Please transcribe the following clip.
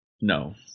No